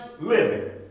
living